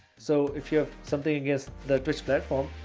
so if you have something against the twitch platform,